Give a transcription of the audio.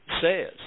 says